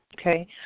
Okay